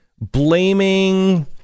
blaming